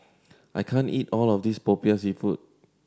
I can't eat all of this Popiah Seafood